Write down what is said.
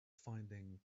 finding